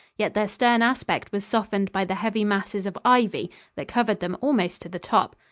yet their stern aspect was softened by the heavy masses of ivy that covered them almost to the top.